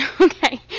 Okay